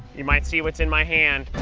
you might see what's in my hand.